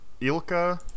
Ilka